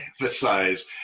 emphasize